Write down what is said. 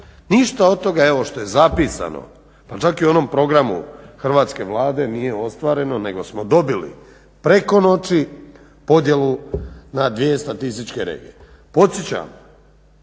Ništa od toga evo što je zapisano pa čak i onom programu Hrvatske Vlade nije ostvareno nego smo dobili preko noći podjelu na dvije statističke regije. Podsjećam